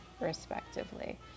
respectively